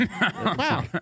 Wow